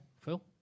Phil